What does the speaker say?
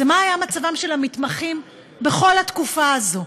זה מה היה מצבם של המתמחים בכל התקופה הזאת,